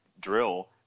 drill